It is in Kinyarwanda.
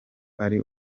ari